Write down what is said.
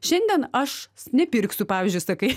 šiandien aš nepirksiu pavyzdžiui sakai